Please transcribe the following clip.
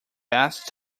best